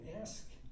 ask